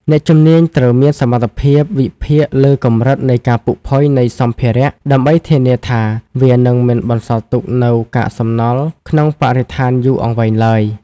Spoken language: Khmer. អ្នកជំនាញត្រូវមានសមត្ថភាពវិភាគលើកម្រិតនៃការពុកផុយ នៃសម្ភារៈ ដើម្បីធានាថាវានឹងមិនបន្សល់ទុកនូវកាកសំណល់ក្នុងបរិស្ថានយូរអង្វែងឡើយ។